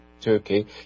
Turkey